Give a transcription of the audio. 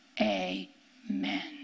Amen